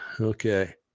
okay